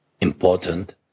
important